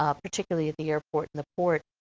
ah particularly at the airport and the port.